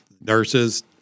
nurses